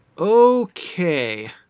Okay